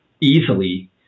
easily